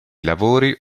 lavori